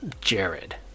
Jared